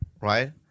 Right